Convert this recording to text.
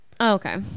Okay